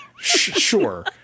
Sure